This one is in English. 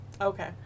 Okay